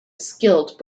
skilled